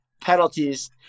penalties